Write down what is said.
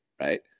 right